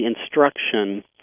instruction